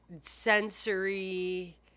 sensory